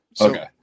Okay